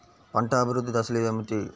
పంట అభివృద్ధి దశలు ఏమిటి?